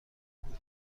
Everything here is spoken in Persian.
بود